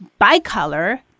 bicolor